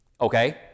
Okay